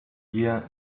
year